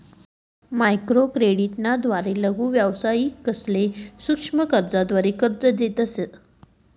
microcredit ना द्वारे लघु व्यावसायिकसले सूक्ष्म कर्जाद्वारे कर्ज देतस